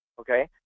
Okay